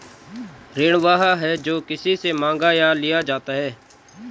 ऋण वह है, जो किसी से माँगा या लिया जाता है